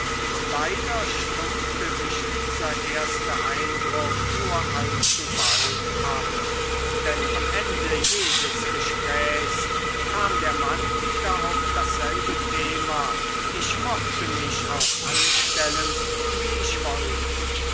leider stumpfte sich dieser erste eindruck nur allzu bald ab denn am ende jedes gesprächs kam der mann wieder auf dasselbe thema ich mochte mich auch anstellen wie ich wollte